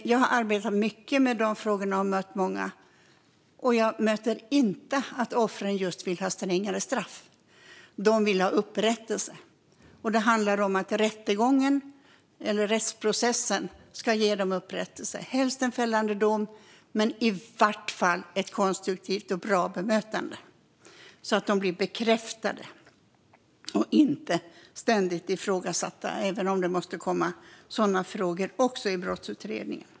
Jag har arbetat mycket med dessa frågor och mött många brottsoffer. Jag har inte stött på att offren just vill ha strängare straff. De vill ha upprättelse, och det handlar om att rättsprocessen ska ge dem upprättelse. De vill helst se en fällande dom men i vart fall ett konstruktivt och bra bemötande, så att de blir bekräftade och inte ständigt ifrågasatta, även om det måste komma sådana frågor också i en brottsutredning.